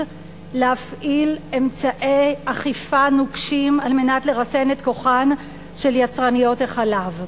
להפעיל אמצעי אכיפה נוקשים על מנת לרסן את כוחן של יצרניות החלב.